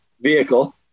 vehicle